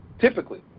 typically